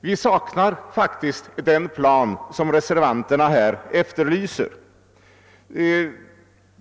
Vi saknar faktiskt den plan som reservanterna efterlyser.